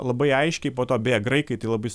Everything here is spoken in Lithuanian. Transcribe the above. labai aiškiai po to beje graikai tai labais